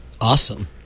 Awesome